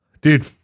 Dude